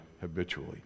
habitually